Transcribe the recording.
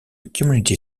community